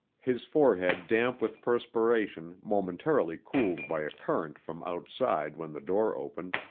his forehead damp with perspiration momentarily cooled by a current from outside when the door opened,